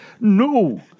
no